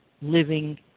living